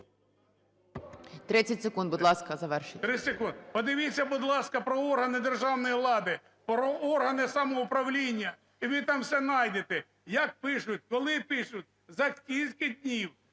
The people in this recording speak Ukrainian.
15 секунд, будь ласка, завершити.